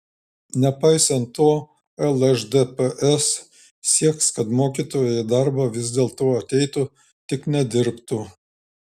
nepaisant to lšdps sieks kad mokytojai į darbą vis dėlto ateitų tik nedirbtų